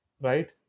right